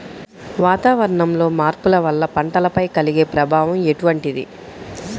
వాతావరణంలో మార్పుల వల్ల పంటలపై కలిగే ప్రభావం ఎటువంటిది?